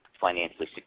financially